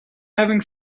having